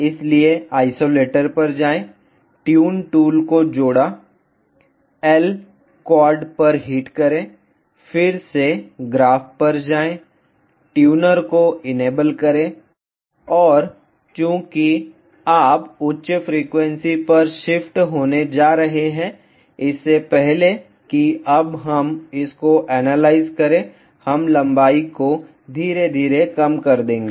इसलिए आइसोलेटर पर जाएं ट्यून टूल को जोड़ा L क्वाड पर हिट करें फिर से ग्राफ पर जाएं ट्यूनर को इनेबल करें और चूंकि आप उच्च फ्रीक्वेंसी पर शिफ्ट होने जा रहे हैं इससे पहले कि अब हम इसको एनालाइज करें हम लंबाई को धीरे धीरे कम कर देंगे